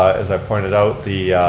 as i pointed out, the